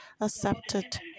accepted